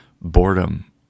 boredom